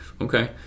Okay